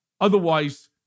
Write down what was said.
Otherwise